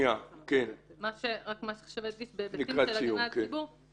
מה שחשוב להדגיש זה שמבחינת ההיבטים של הגנה על הציבור,